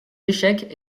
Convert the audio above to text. échecs